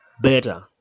better